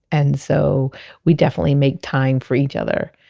and so we definitely make time for each other.